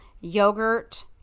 yogurt